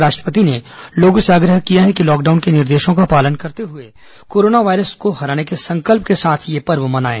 राष्ट्रपति ने लोगों से आग्रह किया है कि लॉकडाउन के निर्देशों का पालन करते हुए कोरोना वायरस को हराने के संकल्प के साथ ये पर्व मनाएं